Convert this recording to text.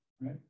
right